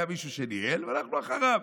היה מישהו שניהל ואנחנו אחריו,